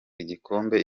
igikombe